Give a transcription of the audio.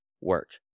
work